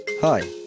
Hi